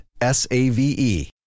S-A-V-E